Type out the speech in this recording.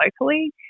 locally